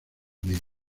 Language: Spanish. unidos